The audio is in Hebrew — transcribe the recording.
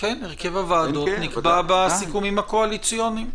הרכב הוועדות נקבע בסיכומים הקואליציוניים.